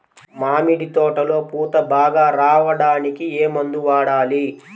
మామిడి తోటలో పూత బాగా రావడానికి ఏ మందు వాడాలి?